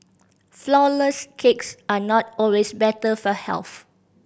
flourless cakes are not always better for health